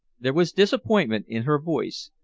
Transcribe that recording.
there was disappointment in her voice,